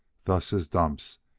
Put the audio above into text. thus his dumps,